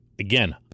again